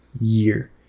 year